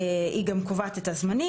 היא גם קובעת את הזמנים.